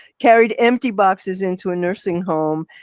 carried empty boxes into a nursing home.